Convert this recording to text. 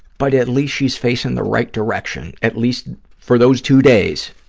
but at least she's facing the right direction, at least for those two days,